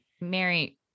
Mary